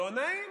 לא נעים.